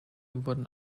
wurden